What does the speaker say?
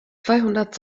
zweihundert